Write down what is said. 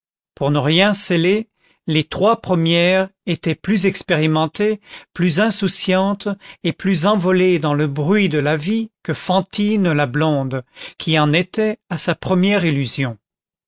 pour ne rien celer les trois premières étaient plus expérimentées plus insouciantes et plus envolées dans le bruit de la vie que fantine la blonde qui en était à sa première illusion